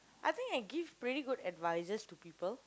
I think I give pretty good advices to people